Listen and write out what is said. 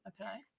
okay